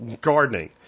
Gardening